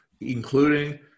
including